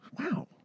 Wow